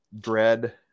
Dread